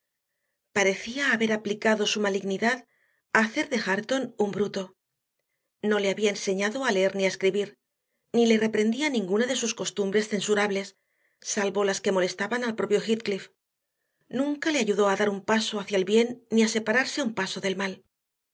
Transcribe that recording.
parecía haber aplicado su malignidad a hacer de hareton un bruto no le había enseñado a leer ni a escribir ni le reprendía ninguna de sus costumbres censurables salvo las que molestaban al propio heathcliff nunca le ayudó a dar un paso hacia el bien ni a separarse un paso del mal